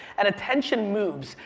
and attention moves.